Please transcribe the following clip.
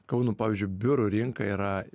kauno pavyzdžiui biurų rinka yra